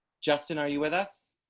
justin. are you with us.